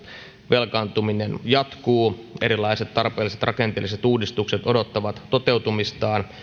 velkaantuminen jatkuu erilaiset tarpeelliset rakenteelliset uudistukset odottavat toteutumistaan